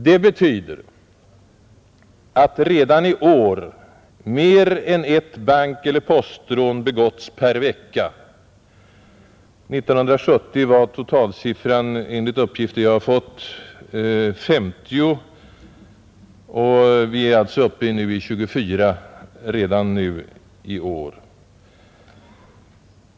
Det betyder att redan i år mer än ett bankeller postrån begåtts per vecka. År 1970 var totalsiffran, enligt uppgifter jag har fått, minst 50, och vi är alltså uppe i siffran 24 för i år.